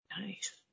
Nice